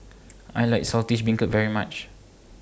I like Saltish Beancurd very much